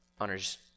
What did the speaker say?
honors